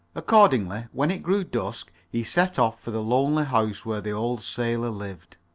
accordingly, when it grew dusk, he set off for the lonely house where the old sailor lived.